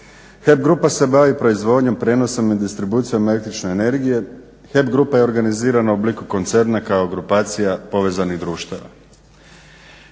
HEP grupa se bavi proizvodnjom, prijenosom i distribucijom električne energije. HEP grupa je organizirana u obliku koncerna kao grupacija povezanih društava.